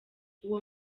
uwo